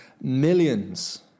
millions